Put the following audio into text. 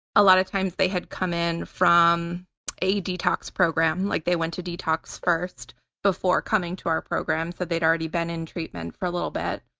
a lot of times they had come in from a detox program, like they went to detox first before coming to our programs. they'd already been in treatment for a little bit.